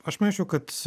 aš manyčiau kad